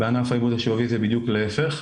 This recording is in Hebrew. בענף העיבוד השבבי זה בדיוק להפך.